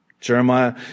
Jeremiah